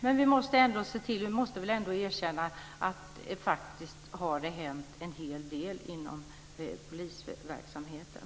Vi måste ändå erkänna att det faktiskt har hänt en hel del inom polisverksamheten.